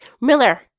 Miller